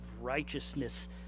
righteousness